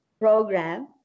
program